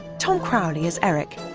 tom crowley as eric,